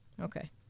Okay